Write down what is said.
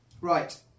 Right